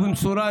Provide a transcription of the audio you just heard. ובמשורה,